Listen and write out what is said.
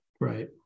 Right